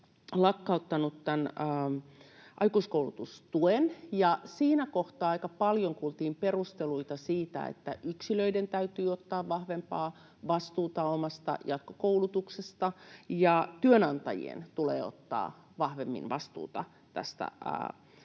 lakkauttanut aikuiskoulutustuen, ja siinä kohtaa aika paljon kuultiin perusteluita siitä, että yksilöiden täytyy ottaa vahvempaa vastuuta omasta jatkokoulutuksestaan ja työnantajien tulee ottaa vahvemmin vastuuta